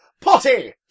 Potty